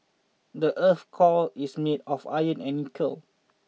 the earth's core is made of iron and nickel